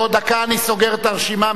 בעוד דקה אני סוגר את הרשימה.